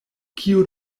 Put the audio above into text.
kio